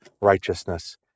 righteousness